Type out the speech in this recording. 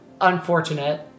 unfortunate